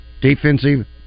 defensive